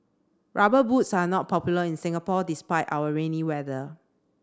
rubber boots are not popular in Singapore despite our rainy weather